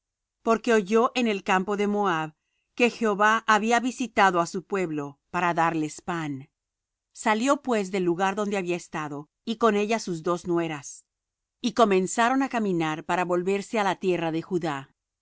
porque oyó en el campo de moab que jehová había visitado á su pueblo para darles pan salió pues del lugar donde había estado y con ella sus dos nueras y comenzaron á caminar para volverse á la tierra de judá